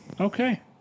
Okay